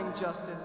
justice